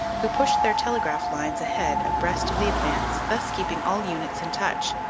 who pushed their telegraph lines ahead abreast of the advance, thus keeping all units in touch,